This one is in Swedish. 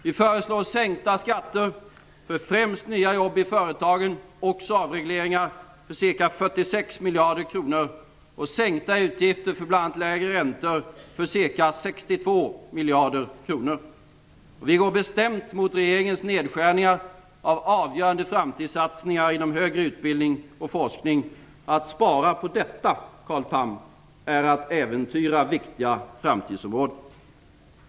Vi föreslår sänkta skatter för främst nya jobb i företagen, avregleringar för ca 46 miljarder kronor och sänkta utgifter för bl.a. lägre räntor för ca Vi går bestämt emot regeringens förslag till nedskärningar av avgörande framtidssatsningar inom högre utbildning och forskning. Att spara på detta, Carl Tham, är att äventyra viktiga framtidsområden.